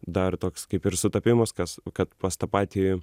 dar toks kaip ir sutapimas kas kad pas tą patį